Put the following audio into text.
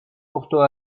porto